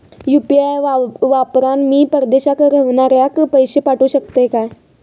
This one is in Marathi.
यू.पी.आय वापरान मी परदेशाक रव्हनाऱ्याक पैशे पाठवु शकतय काय?